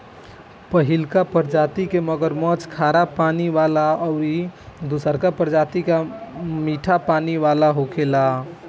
पहिलका प्रजाति के मगरमच्छ खारा पानी वाला अउरी दुसरका प्रजाति मीठा पानी वाला होखेला